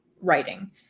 writing